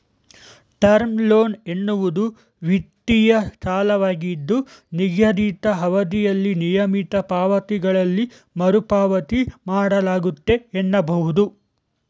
term loan ಎನ್ನುವುದು ವಿತ್ತೀಯ ಸಾಲವಾಗಿದ್ದು ನಿಗದಿತ ಅವಧಿಯಲ್ಲಿ ನಿಯಮಿತ ಪಾವತಿಗಳಲ್ಲಿ ಮರುಪಾವತಿ ಮಾಡಲಾಗುತ್ತೆ ಎನ್ನಬಹುದು